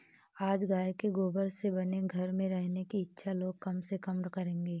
आज गाय के गोबर से बने घर में रहने की इच्छा लोग कम से कम करेंगे